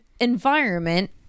environment